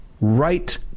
right